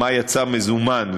מה יצא מזומן,